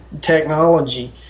technology